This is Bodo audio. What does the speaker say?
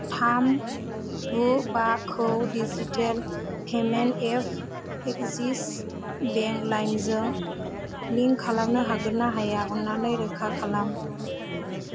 थाम गु बाखौ digital payment app Axis bank लाइमजों लिंक खालामनो हागोन ना हाया अननानै रोखा खालाम